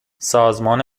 سازمان